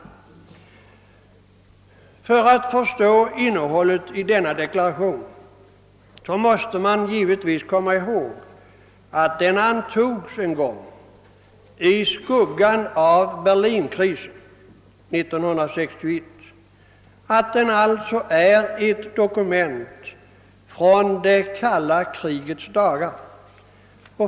För att förstå innehållet i denna deklaration måste man givetvis komma ihåg att den antogs en gång i skuggan av Berlinkrisen 1961, att den alltså är ett dokument från det kalla krigets dagar.